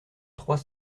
trois